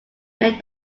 make